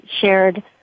shared